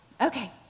okay